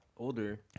older